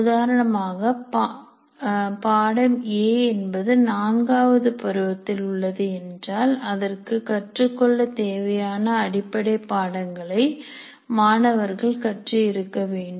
உதாரணமாக படம் A என்பது நான்காவது பருவத்தில் உள்ளது என்றால் அதற்கு கற்றுக் கொள்ள தேவையான அடிப்படை பாடங்களை மாணவர்கள் கற்று இருக்க வேண்டும்